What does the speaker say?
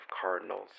cardinals